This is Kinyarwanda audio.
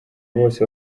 bose